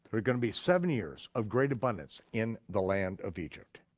are gonna be seven years of great abundance in the land of egypt.